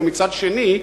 ומצד שני,